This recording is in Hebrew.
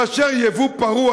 לאשר יבוא פרוע,